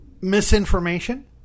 Misinformation